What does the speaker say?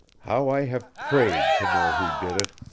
how i have prayed to know who did it.